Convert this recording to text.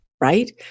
right